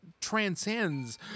transcends